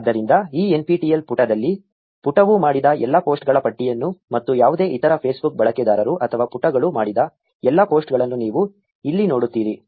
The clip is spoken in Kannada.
ಆದ್ದರಿಂದ ಈ nptel ಪುಟದಲ್ಲಿ ಪುಟವು ಮಾಡಿದ ಎಲ್ಲಾ ಪೋಸ್ಟ್ಗಳ ಪಟ್ಟಿಯನ್ನು ಮತ್ತು ಯಾವುದೇ ಇತರ Facebook ಬಳಕೆದಾರರು ಅಥವಾ ಪುಟಗಳು ಮಾಡಿದ ಎಲ್ಲಾ ಪೋಸ್ಟ್ಗಳನ್ನು ನೀವು ಇಲ್ಲಿ ನೋಡುತ್ತೀರಿ